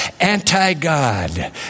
Anti-God